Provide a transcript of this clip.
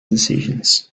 decisions